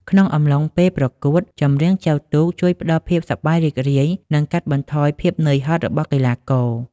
ក្នុងអំឡុងពេលប្រកួត ចម្រៀងចែវទូកជួយ ផ្តល់ភាពសប្បាយរីករាយ និងកាត់បន្ថយភាពនឿយហត់របស់កីឡាករ។